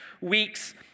week's